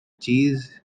cheese